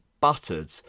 Buttered